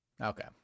Okay